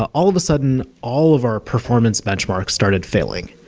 ah all of a sudden all of our performance benchmark started failing.